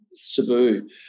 Cebu